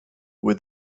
with